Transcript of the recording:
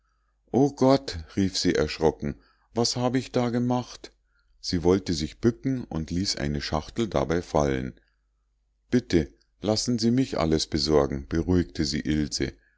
o gott rief sie erschrocken was habe ich da gemacht sie wollte sich bücken und ließ eine schachtel dabei fallen bitte lassen sie mich alles besorgen beruhigte sie ilse